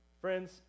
Friends